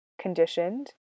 conditioned